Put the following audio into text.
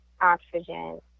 oxygen